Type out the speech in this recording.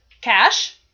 Cash